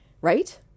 right